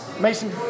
Mason